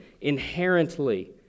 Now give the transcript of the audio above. inherently